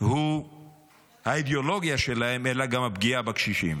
הוא האידיאולוגיה שלהם אלא גם הפגיעה בקשישים.